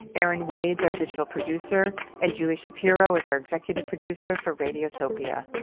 erin wade's our digital producer and julie shapiro's our executive producer for radiotopia.